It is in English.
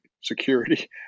security